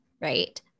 right